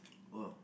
!woah!